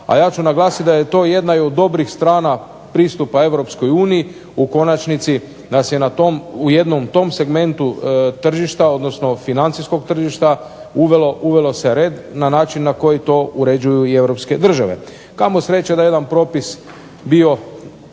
A ja ću naglasiti da je to jedna od dobrih strana pristupa Europskoj uniji, da se na jednom tom segmentu tržišta, odnosno financijskog tržišta uvelo se red, na način kako to uređuju Europske države. Kamo sreće da jedan propis bio